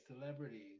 celebrities